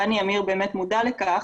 רני עמיר באמת מודע לכך,